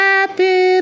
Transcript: Happy